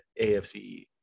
AFC